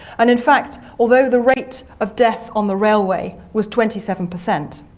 and in fact although the rate of death on the railway was twenty seven per cent,